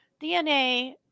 DNA